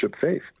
faith